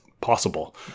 possible